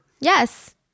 Yes